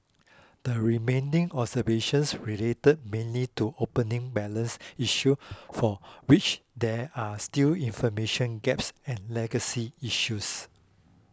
the remaining observations relate mainly to opening balance issues for which there are still information gaps and legacy issues